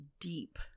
deep